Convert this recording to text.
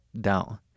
down